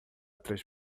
três